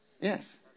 Yes